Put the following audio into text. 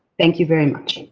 thank you very much.